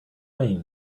wayne